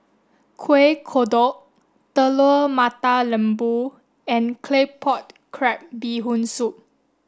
Kuih Kodok Telur Mata Lembu and Claypot Crab Bee Hoon Soup